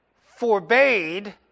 forbade